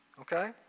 Okay